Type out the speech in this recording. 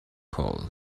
cold